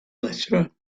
letter